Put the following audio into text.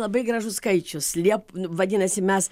labai gražus skaičius liep vadinasi mes